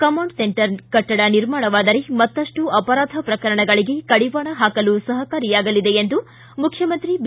command centre ಕಟ್ಟಡ ನಿರ್ಮಾಣವಾದರೆ ಮತ್ತಷ್ಟು ಅಪರಾಧ ಪ್ರಕರಣಗಳಿಗೆ ಕಡಿವಾಣ ಹಾಕಲು ಸಹಕಾರಿಯಾಗಲಿದೆ ಎಂದು ಮುಖ್ಯಮಂತ್ರಿ ಬಿ